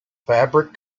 fabric